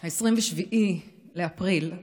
27 באפריל,